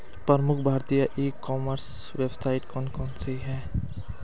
प्रमुख भारतीय e commerce website कौन कौन सी हैं?